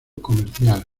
comercial